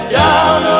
down